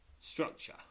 structure